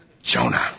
jonah